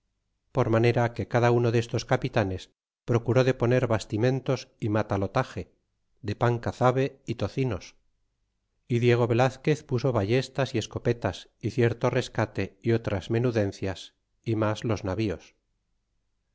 por manera que cada uno destos capitanes procuró de poner bastimentos y matalotaje de pan cazabe y tocinos y el diego velazquez puso ballestas y escopetas y cierto rescate y otras menudencias y mas los navíos